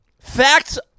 Facts